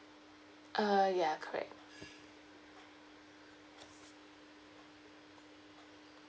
uh ya correct